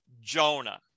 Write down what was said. Jonah